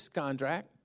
contract